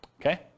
Okay